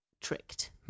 tricked